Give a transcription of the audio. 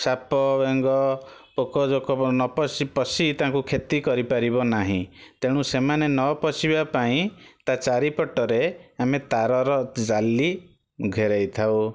ସାପ ବେଙ୍ଗ ପୋକ ଜୋକ ନ ପଶି ପଶି ତାଙ୍କୁ କ୍ଷତି କରିପାରିବ ନାହିଁ ତେଣୁ ସେମାନେ ନ ପଶିବା ପାଇଁ ତା ଚାରି ପଟରେ ଆମେ ତାର ର ଜାଲି ଘେରାଇ ଥାଉ